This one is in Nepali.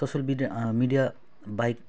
सोसियल मिडिया मिडिया बाहेक